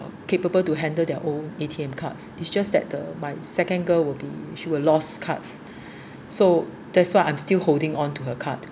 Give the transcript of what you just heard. capable to handle their own A_T_M cards it's just that the my second girl will be she will lost cards so that's why I'm still holding on to her card